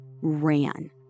ran